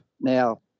Now